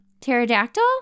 pterodactyl